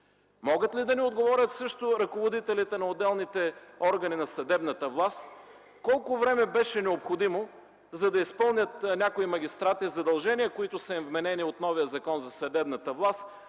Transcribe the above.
Могат ли ръководителите на отделните органи на съдебната власт да ни отговорят колко време беше необходимо, за да изпълнят някои магистрати задължения, които са им вменени от новия Закон за съдебната власт